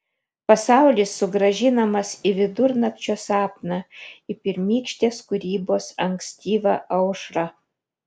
pasaulis sugrąžinamas į vidurnakčio sapną į pirmykštės kūrybos ankstyvą aušrą